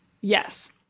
yes